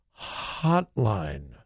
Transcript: hotline